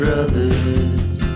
Brothers